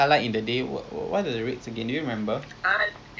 oh tak lah ini kecil punya meadows